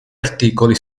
articoli